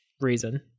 reason